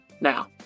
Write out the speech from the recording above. Now